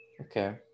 Okay